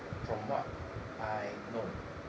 from what I know